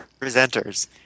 presenters